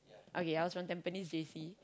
okay I was from Tampines J_C